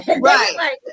Right